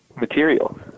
Material